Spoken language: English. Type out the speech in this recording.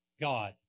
God